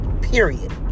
period